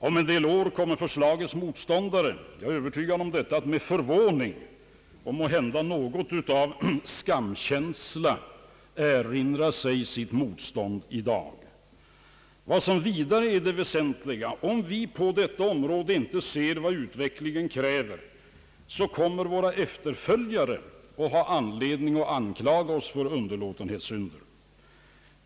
Om några år kommer detta förslags motståndare — det är jag övertygad om — med förvåning och måhända med någon skamkänsla att erinra sig sitt motstånd i dag. En annan sak är också väsentlig. Om vi på detta område inte ser vad utvecklingen kräver, kommer våra efterföljare att ha anledning att anklaga oss för underlåtenhetssynder.